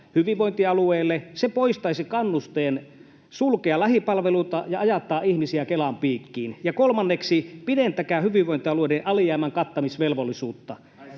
hyvinvointialueille. Se poistaisi kannusteen sulkea lähipalveluita ja ajattaa ihmisiä Kelan piikkiin. Ja kolmanneksi: pidentäkää hyvinvointialueiden alijäämänkattamisvelvollisuutta.